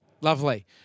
Lovely